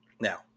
now